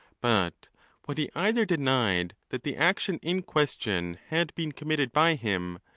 but what he either denied that the action in question had been committed by him,